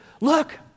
look